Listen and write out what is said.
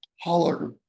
holler